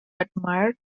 admired